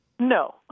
No